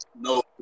No